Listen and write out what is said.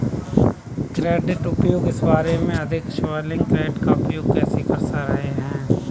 credit उपयोग इस बारे में है कि आप रिवॉल्विंग क्रेडिट का उपयोग कैसे कर रहे हैं